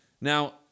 Now